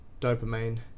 dopamine